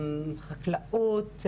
חקלאות,